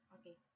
Okay